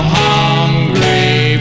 hungry